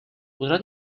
podrà